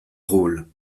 rôles